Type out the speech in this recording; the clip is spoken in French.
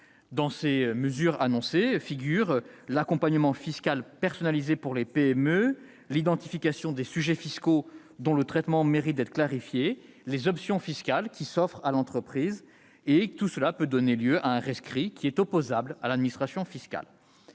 Parmi les mesures prévues figurent l'accompagnement fiscal personnalisé pour les PME, l'identification des sujets fiscaux dont le traitement mérite d'être clarifié, les options fiscales qui s'offrent à l'entreprise, le tout pouvant donner lieu à un rescrit opposable à l'administration fiscale.